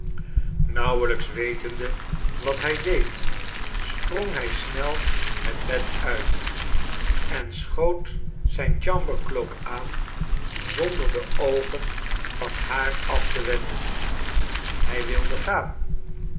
nauwelijks wetende wat hij deed sprong hij snel het bed uit en schoot zijn chambercloak aan zonder de oogen van haar af te wenden hij wilde gaan